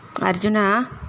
Arjuna